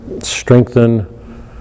strengthen